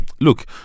Look